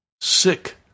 sick